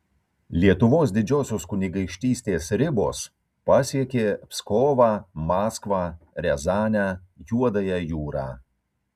lietuvos didžiosios kunigaikštystės ribos pasiekė pskovą maskvą riazanę juodąją jūrą